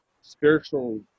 spiritual